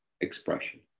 expression